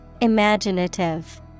Imaginative